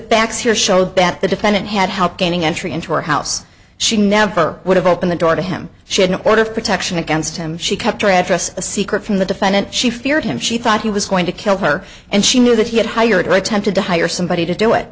facts here showed that the defendant had help gaining entry into her house she never would have opened the door to him she had an order of protection against him she kept her address a secret from the defendant she feared him she thought he was going to kill her and she knew that he had hired right tempted to hire somebody to do it